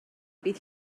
bydd